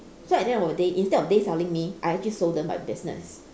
so at the end of the day instead of they selling me I actually sold them my business